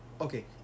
okay